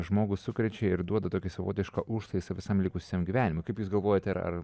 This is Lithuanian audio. žmogų sukrečia ir duoda tokį savotišką užtaisą visam likusiam gyvenimui kaip jūs galvojate ar